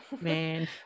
man